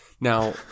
Now